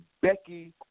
Becky